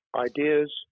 Ideas